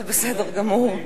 זה בסדר גמור.